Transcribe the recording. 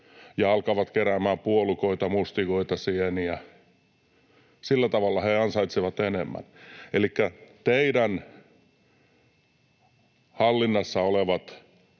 ja alkavat keräämään puolukoita, mustikoita, sieniä — sillä tavalla he ansaitsevat enemmän. Elikkä teidän hallinnassanne olevat